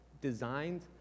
designed